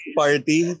party